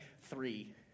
three